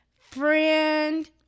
friend